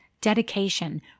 dedication